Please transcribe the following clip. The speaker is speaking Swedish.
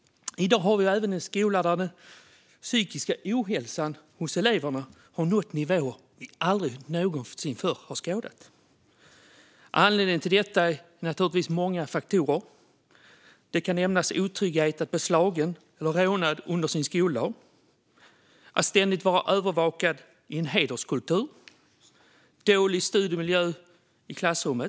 I dag har vi även en skola där den psykiska ohälsan hos eleverna har nått nivåer vi aldrig någonsin förr har skådat. Det beror på många faktorer. Det kan nämnas oro för att bli slagen eller rånad under sin skoldag. Det kan vara att ständigt vara övervakad i en hederskultur. Det kan vara dålig studiemiljö i klassrummet.